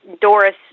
Doris